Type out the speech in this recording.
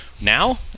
Now